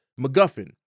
MacGuffin